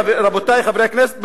רבותי חברי הכנסת,